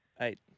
Eight